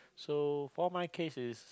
so for my case is